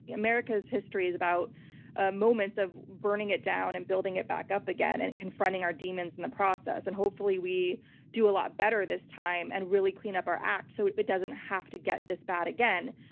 america's history is about ah moments of burning it down and building it back up again, and confronting our demons in the process. and hopefully we do a lot better this time and really clean up our act so it it doesn't have to get this bad again.